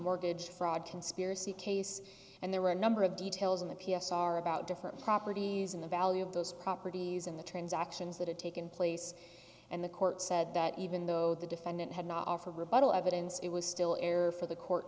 mortgage fraud conspiracy case and there were a number of details in the p s r about different properties in the value of those properties in the transactions that had taken place and the court said that even though the defendant had not offered rebuttal evidence it was still error for the court